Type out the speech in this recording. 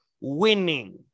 winning